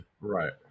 Right